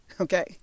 Okay